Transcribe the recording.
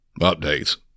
updates